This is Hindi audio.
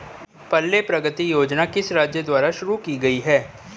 पल्ले प्रगति योजना किस राज्य द्वारा शुरू की गई है?